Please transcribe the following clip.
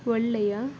ಒಳ್ಳೆಯ